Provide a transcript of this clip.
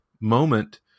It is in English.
moment